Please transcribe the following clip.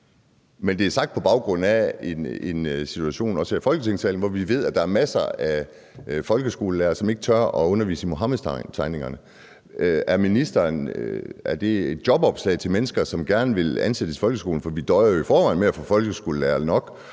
Men det er sagt på baggrund af en situation – også her i Folketingssalen – hvor vi ved, at der er masser af folkeskolelærere, som ikke tør undervise i Muhammedtegningerne. Er det et jobopslag til mennesker, som gerne vil ansættes i folkeskolen? For vi døjer jo i forvejen med ikke at kunne få folkeskolelærere nok.